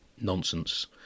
nonsense